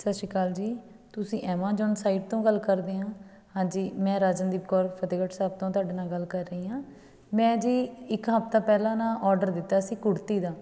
ਸਤਿ ਸ਼੍ਰੀ ਅਕਾਲ ਜੀ ਤੁਸੀਂ ਐਮਾਜੋਨ ਸਾਈਟ ਤੋਂ ਗੱਲ ਕਰਦੇ ਆ ਹਾਂਜੀ ਮੈਂ ਰਾਜਨਦੀਪ ਕੌਰ ਫਤਿਹਗੜ੍ਹ ਸਾਹਿਬ ਤੋਂ ਤੁਹਾਡੇ ਨਾਲ ਗੱਲ ਕਰ ਰਹੀ ਹਾਂ ਮੈਂ ਜੀ ਇੱਕ ਹਫਤਾ ਪਹਿਲਾਂ ਨਾ ਔਡਰ ਦਿੱਤਾ ਸੀ ਕੁੜਤੀ ਦਾ